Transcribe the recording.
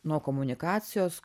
nuo komunikacijos